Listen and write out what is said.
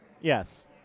Yes